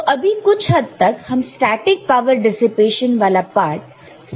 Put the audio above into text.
तो अभी कुछ हद तक हम स्टैटिक पावर डिसिपेशन वाला पार्ट समझ गए हैं